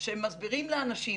מסבירים לאנשים